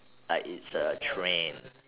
like it's a trend